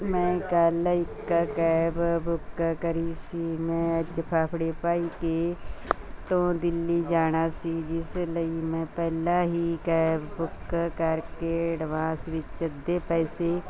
ਮੈਂ ਕੱਲ੍ਹ ਇੱਕ ਕੈਬ ਬੁੱਕ ਕਰੀ ਸੀ ਮੈਂ ਅੱਜ ਫਾਫੜੇ ਭਾਈਕੇ ਤੋਂ ਦਿੱਲੀ ਜਾਣਾ ਸੀ ਜਿਸ ਲਈ ਮੈਂ ਪਹਿਲਾ ਹੀ ਕੈਬ ਬੁੱਕ ਕਰਕੇ ਅਡਵਾਂਸ ਵਿੱਚ ਅੱਧੇ ਪੈਸੇ